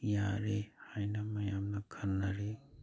ꯌꯥꯔꯦ ꯍꯥꯏꯅ ꯃꯌꯥꯝꯅ ꯈꯟꯅꯔꯤ